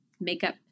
makeup